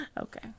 Okay